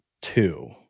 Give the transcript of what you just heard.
Two